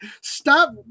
stop